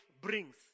brings